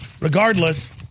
regardless